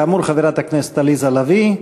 כאמור, חברת הכנסת עליזה לביא,